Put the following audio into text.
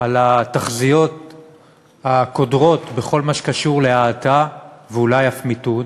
על התחזיות הקודרות בכל מה שקשור להאטה ואולי אף למיתון,